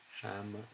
ham